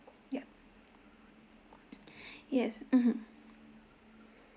yup yes mmhmm